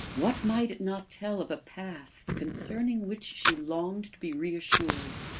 what might it not tell of a past concerning which she longed to be reassured?